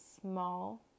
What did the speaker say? small